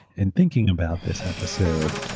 and thinking about this episode,